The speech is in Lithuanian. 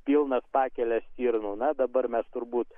pilnas pakeles stirnų na dabar mes turbūt